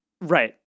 right